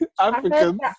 Africans